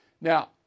Now